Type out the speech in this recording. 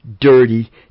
dirty